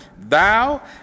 thou